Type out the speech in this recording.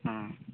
आं